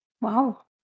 Wow